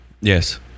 yes